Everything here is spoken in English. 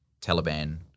Taliban